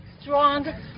strong